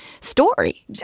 story